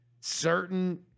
certain